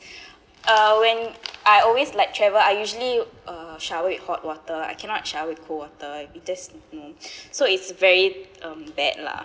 uh when I always like travel I usually uh shower with hot water I cannot shower with cold water that's mm so it's very um bad lah